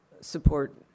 support